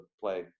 play